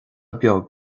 beag